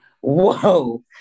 Whoa